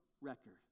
record